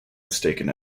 mistaken